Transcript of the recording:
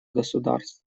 государств